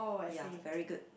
ya very good